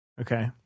okay